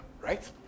right